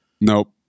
Nope